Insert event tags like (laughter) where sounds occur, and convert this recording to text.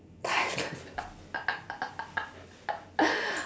(laughs)